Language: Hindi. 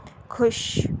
खुश